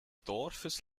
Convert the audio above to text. dorfes